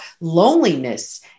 loneliness